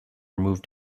moved